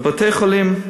בבתי-חולים,